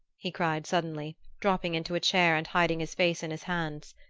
he cried suddenly, dropping into a chair and hiding his face in his hands.